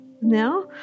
now